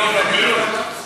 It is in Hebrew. לא, לבריאות.